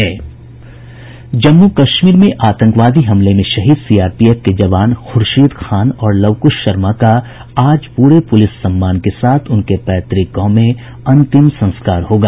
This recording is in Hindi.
जम्मू कश्मीर में आतंकवादी हमले में शहीद सीआरपीएफ के जवान खुर्शीद खान और लवकुश शर्मा का आज पूरे पुलिस सम्मान के साथ उनके पैतृक गांव में अंतिम संस्कार होगा